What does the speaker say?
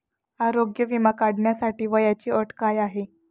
आरोग्य विमा काढण्यासाठी वयाची अट काय आहे?